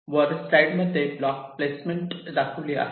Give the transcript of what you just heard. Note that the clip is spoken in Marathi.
वर स्लाईड मध्ये ब्लॉक प्लेसमेंट दाखविली आहे